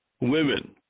women